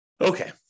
Okay